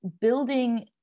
building